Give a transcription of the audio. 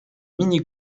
mini